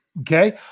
Okay